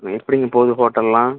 எப்படிங்க போகுது ஹோட்டல்லாம்